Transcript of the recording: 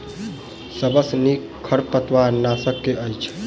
सबसँ नीक खरपतवार नाशक केँ अछि?